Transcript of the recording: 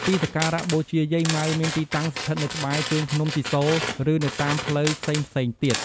ទីសក្ការៈបូជាយាយម៉ៅមានទីតាំងស្ថិតនៅក្បែរជើងភ្នំជីសូរ ឬនៅតាមផ្លូវផ្សេងៗទៀត។